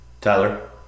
Tyler